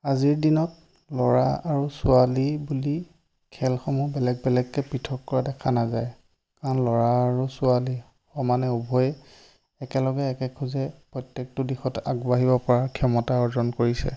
আজিৰ দিনত ল'ৰা আৰু ছোৱালী বুলি খেলসমূহ বেলেগ বেলেগকৈ পৃথক কৰা দেখা নাযায় কাৰণ ল'ৰা আৰু ছোৱালী সমানে উভয়ে একেলগে একেখোজে প্ৰত্যেকটো দিশত আগবাঢ়িব পৰাৰ ক্ষমতা অৰ্জন কৰিছে